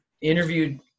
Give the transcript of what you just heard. interviewed